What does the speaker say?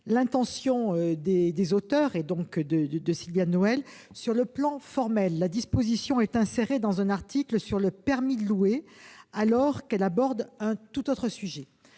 l'intention des auteurs de cet amendement. Sur le plan formel, la disposition est insérée dans un article sur le permis de louer, alors qu'elle aborde un tout autre sujet.